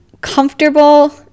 comfortable